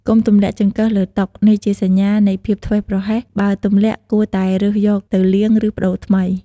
កុំទម្លាក់ចង្កឹះលើតុ នេះជាសញ្ញានៃភាពធ្វេសប្រហែស បើទម្លាក់ គួរតែរើសយកទៅលាង ឬប្តូរថ្មី។